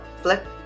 flip